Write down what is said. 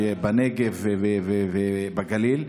בנגב ובגליל.